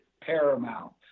paramount